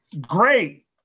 Great